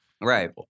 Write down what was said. Right